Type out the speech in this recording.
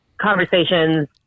conversations